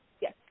Yes